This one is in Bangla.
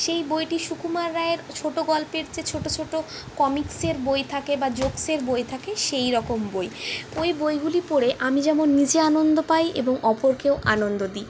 সেই বইটি সুকুমার রায়ের ছোটগল্পের যে ছোটোছোটো কমিকসের বই থাকে বা জোকসের বই থাকে সেইরকম বই ওই বইগুলি পড়ে আমি যেমন নিজে আনন্দ পাই এবং অপরকেও আনন্দ দিই